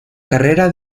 carrera